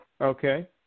Okay